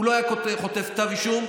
הוא לא היה חוטף כתב אישום.